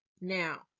now